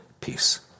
peace